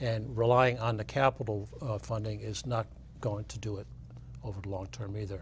and relying on the capital funding is not going to do it over the long term either